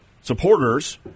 supporters